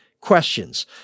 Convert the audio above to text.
questions